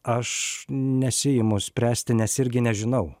aš nesiimu spręsti nes irgi nežinau